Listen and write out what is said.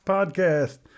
Podcast